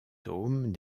tome